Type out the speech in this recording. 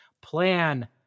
Plan